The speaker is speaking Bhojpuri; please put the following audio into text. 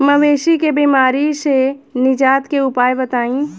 मवेशी के बिमारी से निजात के उपाय बताई?